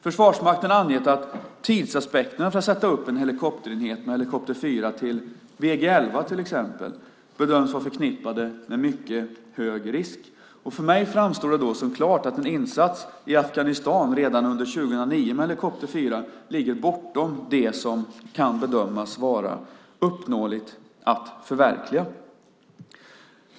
Försvarsmakten har angett att tidsaspekterna för att sätta upp en helikopterenhet med helikopter 4 till exempelvis Battlegroup 2011 bedöms vara förknippade med mycket hög risk. För mig framstår det då som klart att en insats i Afghanistan redan under 2009 med helikopter 4 ligger bortom det som kan bedömas vara uppnåeligt att förverkliga.